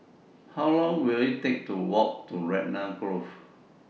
How Long Will IT Take to Walk to Raglan Grove